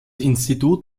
institut